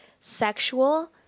sexual